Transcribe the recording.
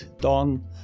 don